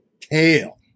tail